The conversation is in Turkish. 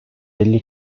elli